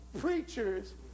Preachers